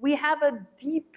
we have a deep